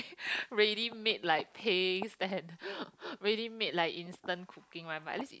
ready made like pays and ready made like instant cooking one but at least it is